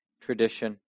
tradition